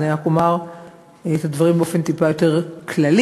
אז אני רק אומר את הדברים באופן כללי יותר,